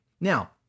Now